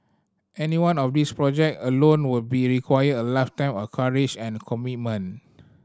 any one of these project alone would be required a lifetime of courage and commitment